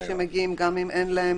שמגיעים גם אם אין להם